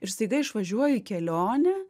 ir staiga išvažiuoji į kelionę